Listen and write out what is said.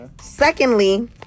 secondly